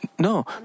No